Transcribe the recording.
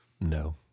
No